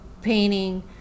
painting